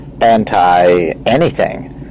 anti-anything